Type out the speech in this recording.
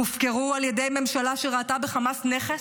והופקרו על ידי ממשלה שראתה בחמאס נכס,